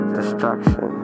destruction